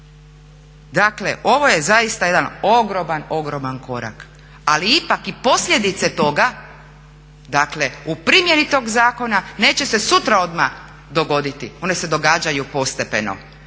Dakle, ovo je zaista jedan ogroman, ogroman korak. Ali ipak i posljedice toga u primjeni tog zakona neće se sutra odmah dogoditi, one se događaju postepeno.